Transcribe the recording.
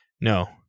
No